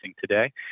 today